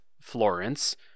Florence